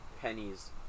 pennies